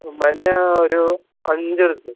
മഞ്ഞ ഒരു അഞ്ച് എടുക്ക്